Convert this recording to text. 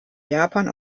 japan